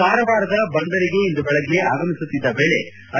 ಕಾರವಾರದ ಬಂದರಿಗೆ ಇಂದು ಬೆಳಗ್ಗೆ ಆಗಮಿಸುತ್ತಿದ್ದ ವೇಳೆ ಐ